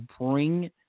bring